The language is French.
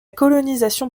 colonisation